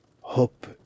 Hope